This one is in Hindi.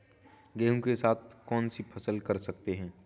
गेहूँ के साथ कौनसी फसल कर सकते हैं?